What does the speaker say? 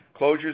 closures